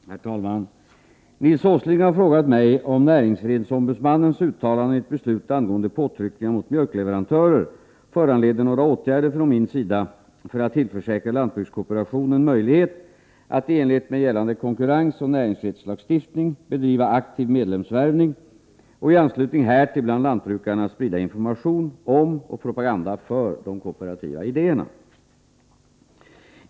Herr talman! Nils Åsling har frågat mig om näringsfrihetsombudsmannens uttalanden i ett beslut angående påtryckningar mot mjölkleverantörer föranleder några åtgärder från min sida för att tillförsäkra lantbrukskoopera kooperationens möjligheter att bedriva aktiv med tionen möjlighet. att i enlighet med gällande konkurrensoch näringsfrihetslagstiftning bedriva aktiv medlemsvärvning och i anslutning härtill bland lantbrukarna sprida information om och propaganda för de kooperativa idéerna.